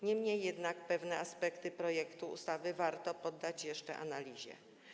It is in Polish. Niemniej jednak pewne aspekty projektu ustawy warto poddać jeszcze analizie.